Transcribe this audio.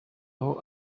aho